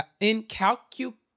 incalculable